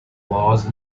laws